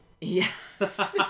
Yes